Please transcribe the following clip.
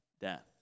death